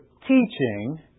teaching